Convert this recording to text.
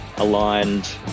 aligned